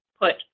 put